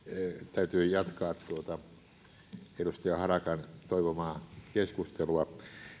täytyy jatkaa tuota edustaja harakan toivomaa keskustelua